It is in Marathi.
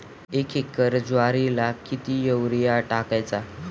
एक एकर ज्वारीला किती युरिया टाकायचा?